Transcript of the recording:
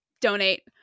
donate